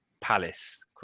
Palace